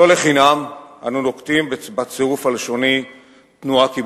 לא לחינם אנו נוקטים את הצירוף הלשוני "תנועה קיבוצית".